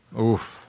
Oof